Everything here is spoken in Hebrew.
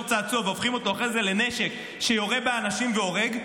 צעצוע והופכים אותו אחרי זה לנשק שיורה באנשים והורג,